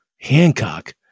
hancock